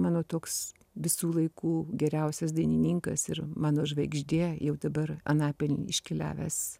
mano toks visų laikų geriausias dainininkas ir mano žvaigždė jau dabar anapilin iškeliavęs